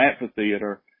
amphitheater